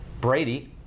Brady